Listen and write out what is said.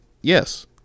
yes